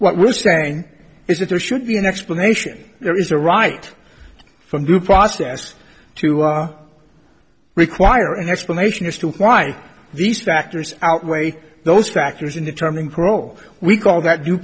what we're saying is that there should be an explanation there is a right for group process to require an explanation as to why these factors outweigh those factors in determining parole we call that